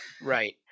Right